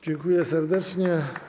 Dziękuję serdecznie.